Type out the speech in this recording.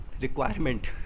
requirement